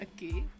Okay